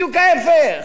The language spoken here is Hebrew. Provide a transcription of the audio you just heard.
בדיוק ההיפך.